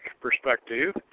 perspective